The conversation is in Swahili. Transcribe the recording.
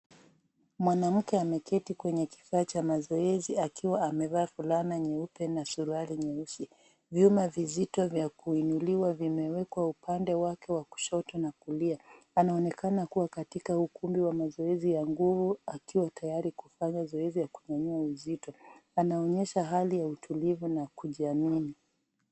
Mwanamke ameketi kwenye kifaa cha mazoezi akiwa amevaa fulana nyeupa na suruali nyeusi. Vyuma vizito vya kuinuliwa vimewekwa upande wako wa kushoto na kulia. Ameonekana kuwa katika ukumbi wa mazoezi ya nguvu akiwa tayari kufanya zoezi ya kunyanyua uzito. Anaonyesha hali ya utulivu na kujiamini.